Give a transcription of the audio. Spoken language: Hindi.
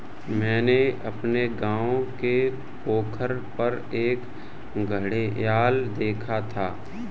मैंने अपने गांव के पोखर पर एक घड़ियाल देखा था